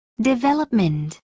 Development